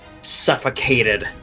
suffocated